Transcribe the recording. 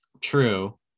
True